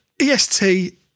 EST